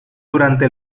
durante